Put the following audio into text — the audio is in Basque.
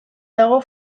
dago